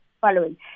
following